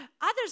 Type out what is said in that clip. Others